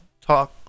talk